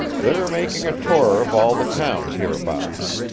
they're making a tour of all the towns hereabouts.